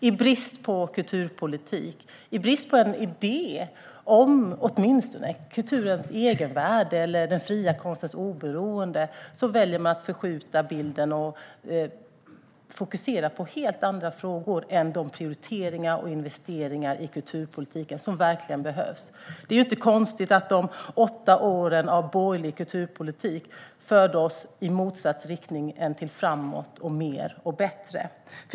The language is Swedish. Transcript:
I brist på kulturpolitik, på en idé om åtminstone kulturens egenvärde eller den fria konstens oberoende väljer man att förskjuta bilden och fokusera på helt andra frågor än de prioriteringar och investeringar i kulturpolitiken som verkligen behövs. Det är inte konstigt att de åtta åren med borgerlig kulturpolitik förde oss i motsatt riktning till framåt, mer och bättre.